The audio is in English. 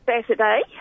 Saturday